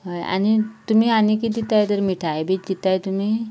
हय आनी तुमी आनी किदें दिताय तर मिठाय बीन दितात तुमी